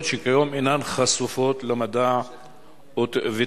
שכיום אינן חשופות למדע וטכנולוגיה".